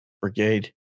Brigade